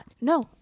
no